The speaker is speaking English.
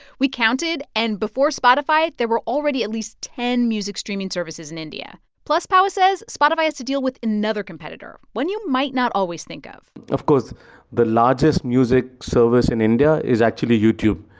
we counted, and before spotify, there were already at least ten music streaming services in india. plus, pahwa says spotify has to deal with another competitor one you might not always think of of course the largest music service in india is actually youtube.